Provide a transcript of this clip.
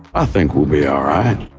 i think we'll be alright.